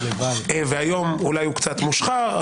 והיום אולי קצת מושחר,